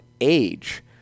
age